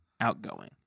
outgoing